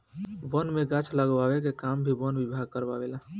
वन में गाछ लगावे के काम भी वन विभाग कारवावे ला